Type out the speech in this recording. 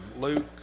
Luke